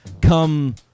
come